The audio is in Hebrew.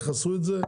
איך אישרו את זה.